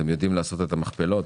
אתם יודעים לעשות את המכפלות.